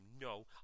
no